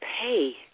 pay